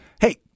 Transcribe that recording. Hey